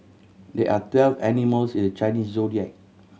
there are twelve animals in the Chinese Zodiac